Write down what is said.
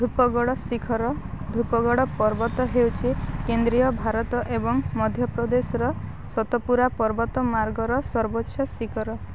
ଧୂପଗଡ଼ ଶିଖର ଧୂପଗଡ଼ ପର୍ବତ ହେଉଛି କେନ୍ଦ୍ରୀୟ ଭାରତ ଏବଂ ମଧ୍ୟପ୍ରଦେଶର ସତପୁରା ପର୍ବତ ମାର୍ଗର ସର୍ବୋଚ୍ଚ ଶିଖର